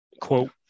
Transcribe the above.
quote